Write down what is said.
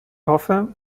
hoffe